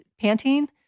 panting